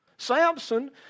Samson